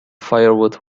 firewood